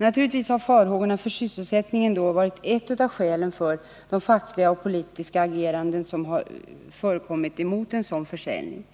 Naturligtvis har farhågorna för sysselsättningen då varit ett av skälen till det fackliga och politiska agerande som har förekommit emot en sådan försäljning.